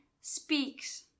speaks